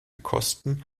kosten